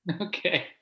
Okay